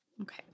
Okay